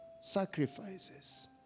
sacrifices